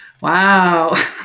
Wow